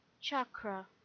Chakra